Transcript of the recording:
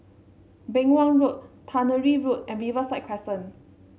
Beng Wan Road Tannery Road and Riverside Crescent